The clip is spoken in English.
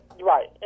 Right